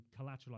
collateralize